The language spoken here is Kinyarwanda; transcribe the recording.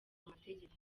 amategeko